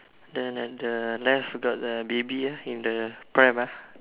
then at the left got the baby ah in the pram ah